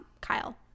Kyle